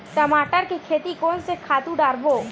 टमाटर के खेती कोन से खातु डारबो?